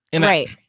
Right